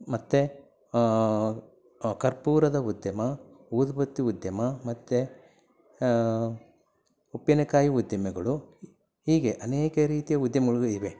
ಮತ್ತು ಕರ್ಪೂರದ ಉದ್ಯಮ ಊದುಬತ್ತಿ ಉದ್ಯಮ ಮತ್ತು ಉಪ್ಪಿನಕಾಯಿ ಉದ್ದಿಮೆಗಳು ಹೀಗೆ ಅನೇಕ ರೀತಿಯ ಉದ್ಯಮಗಳು ಇವೆ